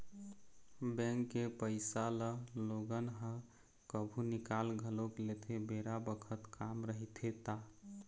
bank के पइसा ल लोगन ह कभु निकाल घलोक लेथे बेरा बखत काम रहिथे ता